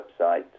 website